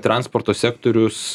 transporto sektorius